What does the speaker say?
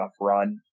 run